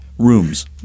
Rooms